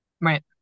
right